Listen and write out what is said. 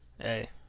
hey